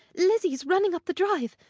lizzy's running up the drive.